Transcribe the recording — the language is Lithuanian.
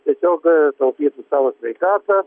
tiesiog taupytų savo sveikatą